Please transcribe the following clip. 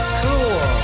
cool